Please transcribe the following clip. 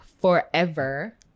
forever